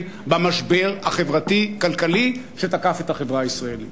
במשבר החברתי-כלכלי שתקף את החברה הישראלית.